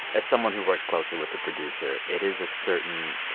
as someone who works closely with a producer, it is a certain